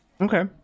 Okay